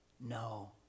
No